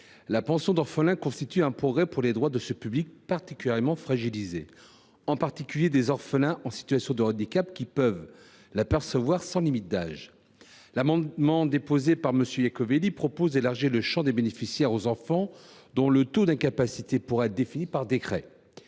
la pension d’orphelin constitue un progrès pour les droits de ces personnes particulièrement fragilisées. Je pense notamment aux orphelins en situation de handicap, qui peuvent la percevoir sans limite d’âge. L’amendement déposé par M. Iacovelli vise à élargir le champ des bénéficiaires aux enfants dont le taux d’incapacité pourra être défini par décret.